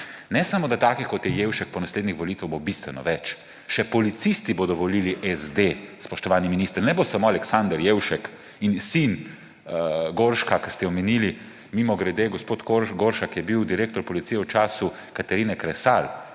Ne samo da takih, kot je Jevšek, po naslednjih volitvah bo bistveno več, še policisti bodo volili SD, spoštovani minister, ne bo samo Aleksander Jevšek in sin Gorška, katerega ste omenili; mimogrede, gospod Goršek je bil direktor policije v času Katarine Kresal,